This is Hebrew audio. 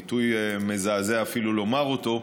זה ביטוי מזעזע אפילו לומר אותו,